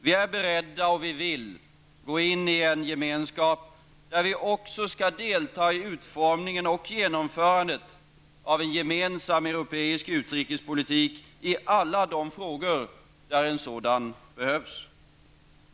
Vi är beredda, och vi vill, gå in i en gemenskap där vi också skall delta i utformningen och genomförandet av en gemensam europeisk utrikespolitik i alla de frågor där en sådan behövs.